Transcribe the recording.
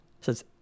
says